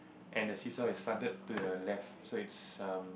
and the see-saw is slunted to your left so it's um